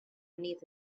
beneath